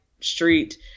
street